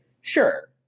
Sure